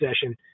session